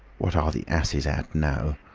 what are the asses at now?